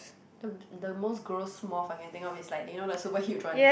the the most gross moth I can think of is like you know the super huge one